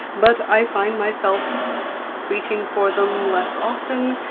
but i find myself reaching for them less often.